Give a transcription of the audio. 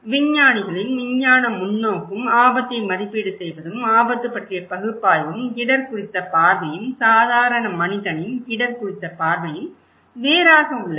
விஞ்ஞானிகளின் விஞ்ஞான முன்னோக்கும் ஆபத்தை மதிப்பீடு செய்வதும் ஆபத்து பற்றிய பகுப்பாய்வும் இடர் குறித்த பார்வையும் சாதாரண மனிதனின் இடர் குறித்த பார்வையும் வேறாக உள்ளது